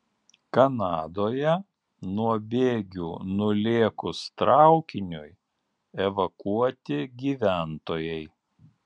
kanadoje nuo bėgių nulėkus traukiniui evakuoti gyventojai